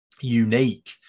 unique